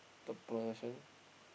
The Persian